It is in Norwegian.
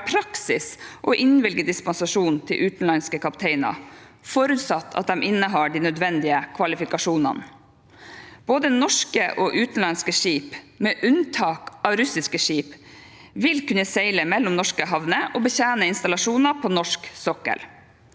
sikkerhet på den norske handelsflåten teiner, forutsatt at de innehar de nødvendige kvalifikasjonene. Både norske og utenlandske skip, med unntak av russiske skip, vil kunne seile mellom norske havner og betjene installasjoner på norsk sokkel.